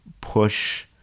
push